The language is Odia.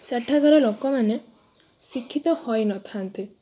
ସେଠାକାର ଲୋକମାନେ ଶିକ୍ଷିତ ହୋଇନଥାନ୍ତି